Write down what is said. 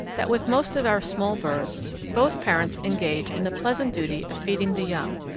that with most of our small birds both parents engage in the pleasant duty of feeding the young,